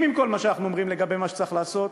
עם כל מה שאנחנו מדברים לגבי מה שצריך לעשות,